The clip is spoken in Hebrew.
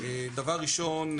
דבר ראשון,